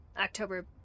October